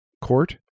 court